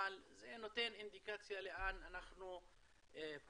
אבל זה נותן אינדיקציה לאן אנחנו פונים.